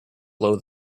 blow